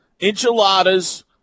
Enchiladas